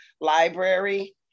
Library